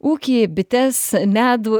ūkį bites medų